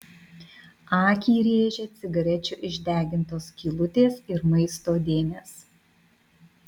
akį rėžė cigarečių išdegintos skylutės ir maisto dėmės